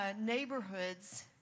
neighborhoods